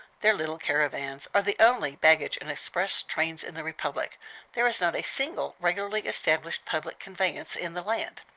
their little caravans are the only baggage and express trains in the republic there is not a single regularly established public conveyance in the land.